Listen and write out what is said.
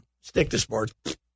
stick-to-sports